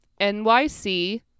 NYC